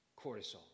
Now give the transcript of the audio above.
cortisol